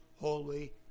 holy